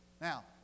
Now